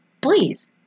Please